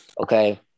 Okay